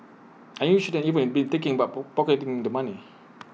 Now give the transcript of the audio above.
and you shouldn't even be thinking about poor pocketing the money